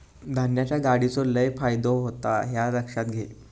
धान्याच्या गाडीचो लय फायदो होता ह्या लक्षात घे